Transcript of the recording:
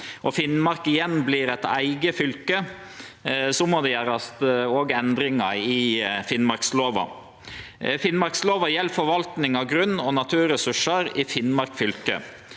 Finnmark igjen vert eit eige fylke, må det òg gjerast endringar i Finnmarkslova. Finnmarkslova gjeld forvaltning av grunn og naturressursar i Finnmark fylke.